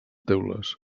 teules